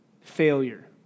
failure